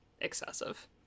excessive